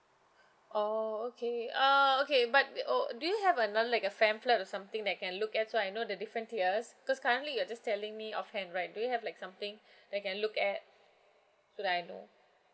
oh okay err okay but wait uh or do you have another like a family plan or something that I can look at so I know the different tiers cause currently you are just telling me offhand right do you have like something that I can look at so that I know